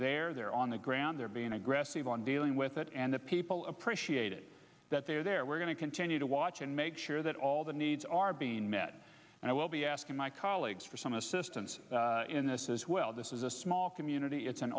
there they're on the ground they're being aggressive on dealing with it and the people that there there we're going to continue to watch and make sure that all the needs are being met and i will be asking my colleagues for some assistance in this as well this is a small community it's an